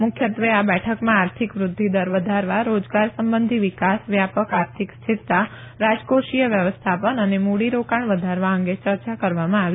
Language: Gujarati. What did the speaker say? મુખ્યત્વે આ બેઠકમાં આર્થિક વૃષ્ધ્ય દર વધારવા રોજગાર સંબંધી વિકાસ વ્યાપક આર્થિક સ્થિરતા રાજકોષીય વ્યવસ્થાપન અને મુડીરોકાણ વધારવા અંગે ચર્ચા કરવામાં આવી